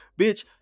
bitch